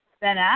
Ben